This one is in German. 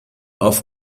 auf